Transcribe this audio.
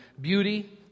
beauty